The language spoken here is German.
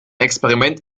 experiment